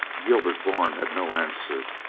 gilbert bourne had no answer.